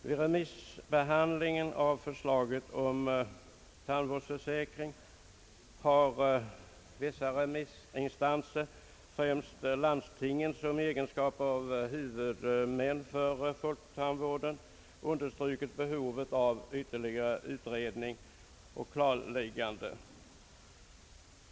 Vid remissbehandlingen av förslaget om tandvårdsförsäkring har remissinstanserna, främst landstingen i egenskap av huvudmän för folktandvården, understrukit behovet av ytterligare utredning och klarlägganden.